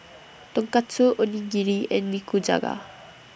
Tonkatsu Onigiri and Nikujaga